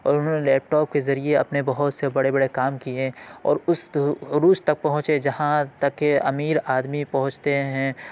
اور انہوں نے لیپ ٹاپ کے ذریعے اپنے بہت بڑے بڑے کام کیے اور اس عروج تک پہنچے جہاں تک کہ امیر آدمی پہنچتے ہیں